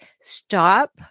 stop